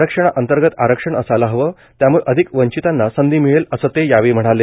आरक्षणाअंतर्गत आरक्षण असायला हवं त्याम्ळे अधिक वंचितांना संधी मिळेल असं ते म्हणाले